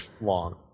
long